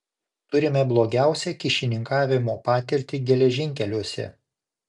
turime blogiausią kyšininkavimo patirtį geležinkeliuose